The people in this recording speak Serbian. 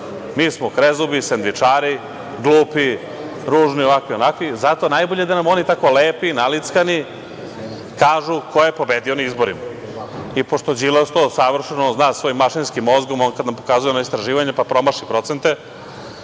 Mi smo krezubi, sendvičari, glupi, ružni, ovakvi i onakvi i zato je najbolje da nam oni tako lepi, nalickani kažu ko je pobedio na izborima i pošto to Đilas savršeno zna svojim mašinskim mozgom… On kad nam pokazuje ona istraživanja, pa promaši procente,